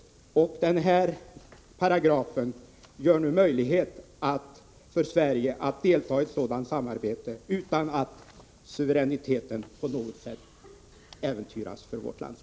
Den nu aktuella paragrafen gör det möjligt för Sverige att delta i sådant samarbete utan att vårt lands suveränitet på något sätt äventyras.